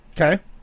Okay